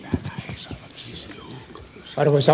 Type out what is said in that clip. arvoisa puhemies